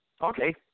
okay